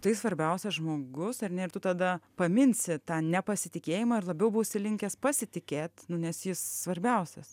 tai svarbiausias žmogus ar ne ir tu tada paminsi tą nepasitikėjimą ir labiau būsi linkęs pasitikėt nu nes jis svarbiausias